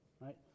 right